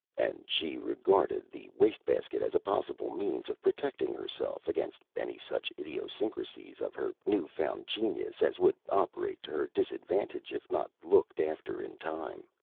and she regarded the waste-basket as a possible means of protecting herself against any such idiosyncrasies of her new-found genius as would operate to her disadvantage if not looked after in time.